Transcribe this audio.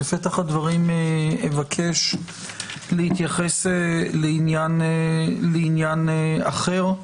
בפתח הדברים אבקש להתייחס לעניין אחר.